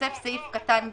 התווסף סעיף קטן ג'